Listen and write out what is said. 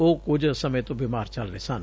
ਉਹ ਕੁਝ ਸਮੇਂ ਤੋਂ ਬੀਮਾਰ ਚੱਲ ਰਹੇ ਸਨ